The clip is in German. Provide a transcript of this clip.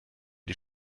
die